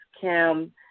Kim